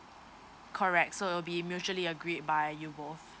correct so will be mutually agreed by you both